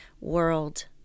world